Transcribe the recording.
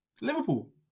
Liverpool